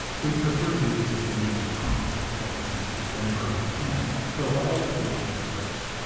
we prefer to use wikimedia commons for images whenever we can so i always look there first.